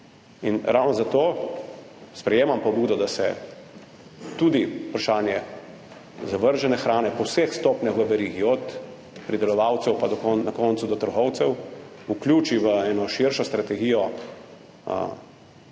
Ravno zato sprejemam pobudo, da se tudi vprašanje zavržene hrane na vseh stopnjah v verigi, od pridelovalcev pa na koncu do trgovcev, vključi v eno širšo strategijo zdrave